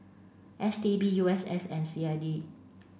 S T B U S S and C I D